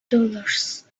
dollars